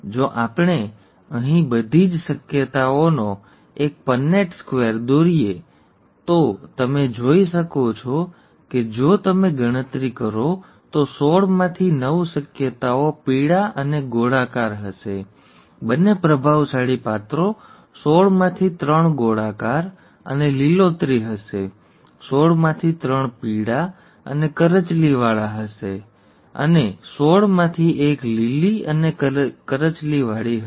જો આપણે અહીં બધી જ શક્યતાઓનો એક પન્નેટ સ્ક્વેર દોરીએ તો તમે જોઈ શકો છો કે જો તમે ગણતરી કરો તો સોળમાંથી નવ શક્યતાઓ પીળા અને ગોળાકાર હશે બંને પ્રભાવશાળી પાત્રો સોળમાંથી ત્રણ ગોળાકાર અને લીલોતરી હશે સોળમાંથી ત્રણ પીળા અને કરચલીવાળા હશે અને સોળમાંથી એક લીલી અને કરચલીવાળી હશે